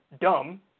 dumb